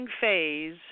phase